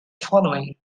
following